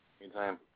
Anytime